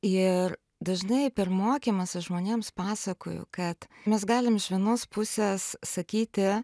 ir dažnai per mokymąsi žmonėms pasakoju kad mes galim iš vienos pusės sakyti